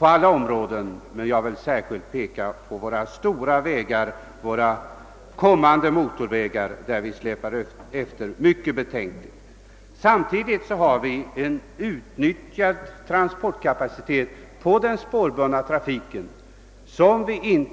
gäller särskilt våra stora vägar och våra kommande motorvägar, där förhållandet är mycket betänkligt. Samtidigt har vi en outnyttjad transportkapacitet på den spårbundna trafiken.